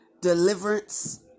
Deliverance